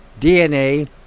DNA